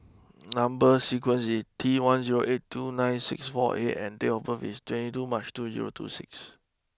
number sequence is T one zero eight two nine six four A and date of birth is twenty two March two zero two six